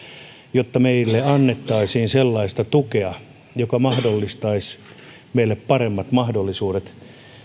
jotta meille annettaisiin sellaista tukea joka mahdollistaisi meille paremmat mahdollisuudet